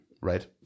Right